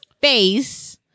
face